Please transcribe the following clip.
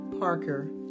Parker